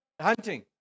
hunting